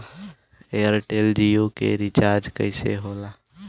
Airtel Jio के recharge कैसे होला?